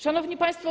Szanowni Państwo!